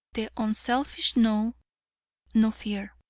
the unselfish know no fear.